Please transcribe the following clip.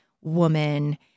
woman